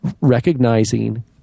recognizing